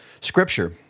scripture